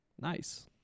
nice